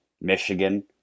Michigan